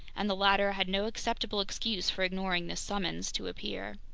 and the latter had no acceptable excuse for ignoring this summons to appear!